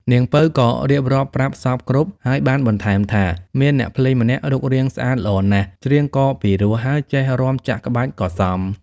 នាងពៅក៏រៀបរាប់ប្រាប់សព្វគ្រប់ ហើយបានបន្ថែមថា មានអ្នកភ្លេងម្នាក់រូបរាងស្អាតល្អណាស់ ច្រៀងក៏ពិរោះ ហើយចេះរាំចាក់ក្បាច់ក៏សម